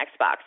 Xbox